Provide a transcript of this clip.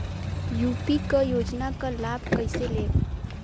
UP क योजना क लाभ कइसे लेब?